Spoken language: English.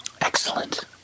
Excellent